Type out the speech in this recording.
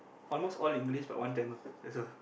almost all English but one Tamil that's all